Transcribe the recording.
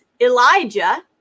Elijah